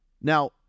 Now